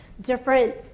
Different